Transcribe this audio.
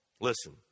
Listen